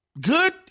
good